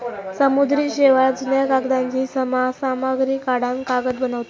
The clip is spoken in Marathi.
समुद्री शेवाळ, जुन्या कागदांची सामग्री काढान कागद बनवतत